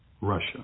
Russia